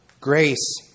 grace